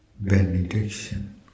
benediction